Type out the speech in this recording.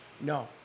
no